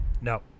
No